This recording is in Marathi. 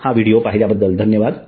हा व्हिडिओ पाहिल्याबद्दल धन्यवाद